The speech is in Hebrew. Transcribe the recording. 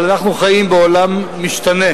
אבל אנחנו חיים בעולם משתנה,